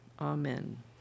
Amen